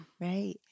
right